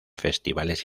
festivales